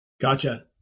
Gotcha